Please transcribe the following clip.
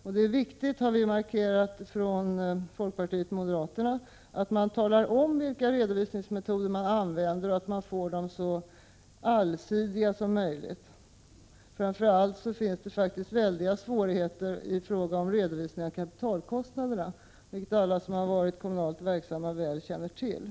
Från folkpartiet och 163 moderaterna har vi markerat att det är viktigt att uppge vilka redovisningsmetoder som används och att de blir så allsidiga som möjligt. Framför allt finns det stora svårigheter beträffande redovisningen av kapitalkostnaderna, vilket alla som varit kommunalt verksamma känner till